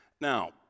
Now